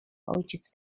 ojciec